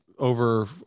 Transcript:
over